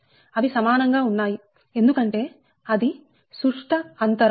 అవి సమానం గా ఉన్నాయి ఎందుకంటే అది సుష్ట అంతరం